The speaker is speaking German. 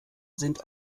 sind